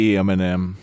eminem